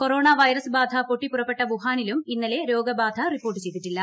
corona virus ബാധ പൊട്ടിപ്പുറപ്പെട്ട വുഹാനിലും ഇന്നലെ രോഗബാധ റിപ്പോർട്ട് ചെയ്തിട്ടില്ല